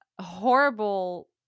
horrible